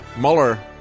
Mueller